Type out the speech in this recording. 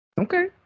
Okay